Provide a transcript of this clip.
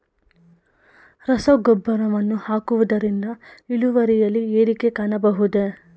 ರಸಗೊಬ್ಬರವನ್ನು ಹಾಕುವುದರಿಂದ ಇಳುವರಿಯಲ್ಲಿ ಏರಿಕೆ ಕಾಣಬಹುದೇ?